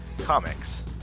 Comics